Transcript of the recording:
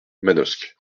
manosque